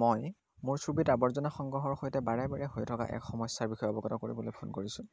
মই মোৰ চুবুৰীত আৱৰ্জনা সংগ্ৰহৰ সৈতে বাৰে বাৰে হৈ থকা এক সমস্যাৰ বিষয়ে অৱগত কৰিবলৈ ফোন কৰিছোঁ